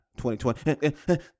2020